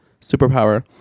superpower